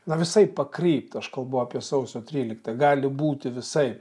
na visaip pakrypt aš kalbu apie sausio tryliktą gali būti visaip